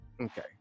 okay